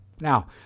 Now